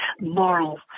moral